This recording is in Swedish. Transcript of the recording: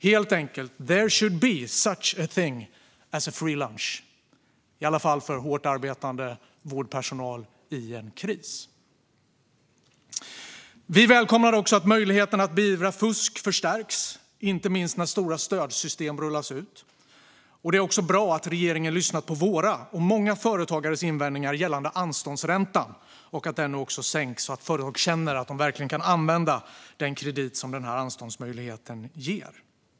Helt enkelt: There should be such a thing as a free lunch, i alla fall för hårt arbetande vårdpersonal i en kris. Vi välkomnar också att möjligheterna att beivra fusk förstärks, inte minst när stora stödsystem rullas ut. Det är också bra att regeringen lyssnar på våra och många företagares invändningar gällande anståndsräntan och att den nu sänks, så att företag känner att de verkligen kan använda den kredit som anståndsmöjligheten ger.